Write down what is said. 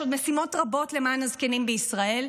יש עוד משימות רבות למען הזקנים בישראל.